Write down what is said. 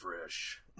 fresh